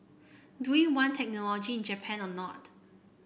do we want technology in Japan or not